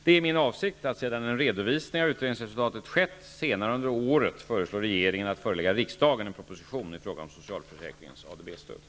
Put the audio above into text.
Det är min avsikt att, sedan en redovisning av utredningsresultatet skett, senare under året föreslå regeringen att förelägga riksdagen en proposition i fråga om socialförsäkringens ADB stöd.